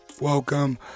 welcome